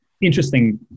interesting